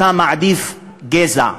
אתה מעדיף גזע,